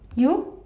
you